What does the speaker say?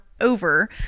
over